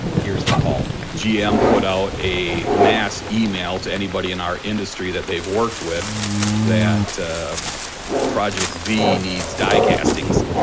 hears the call gm put out a mass email to anybody in our industry that they've worked with that project v needs die castings.